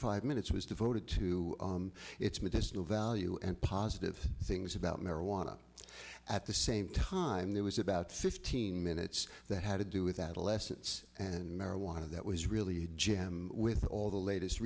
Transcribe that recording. five minutes was devoted to its medicinal value and positive things about marijuana at the same time there was about fifteen minutes that had to do with adolescence and marijuana that was really jim with all the latest